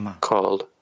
called